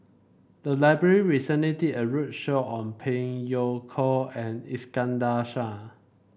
the library recently did a roadshow on Phey Yew Kok and Iskandar Shah